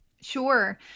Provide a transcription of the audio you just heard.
Sure